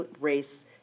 race